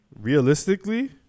realistically